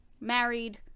married